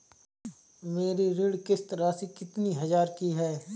मेरी ऋण किश्त राशि कितनी हजार की है?